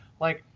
like,